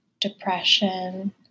depression